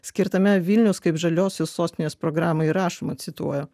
skirtame vilniaus kaip žaliosios sostinės programoje rašoma cituoju